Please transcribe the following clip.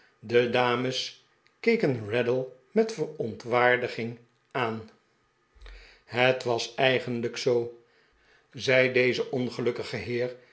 de dames keken raddle met verontwaardiging aan de pickwick club het was eigenlijk z oo zei deze ongelukkige